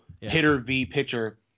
hitter-v-pitcher